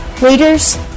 Leaders